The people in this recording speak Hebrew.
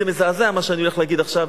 זה מזעזע מה שאני הולך להגיד עכשיו,